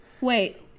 Wait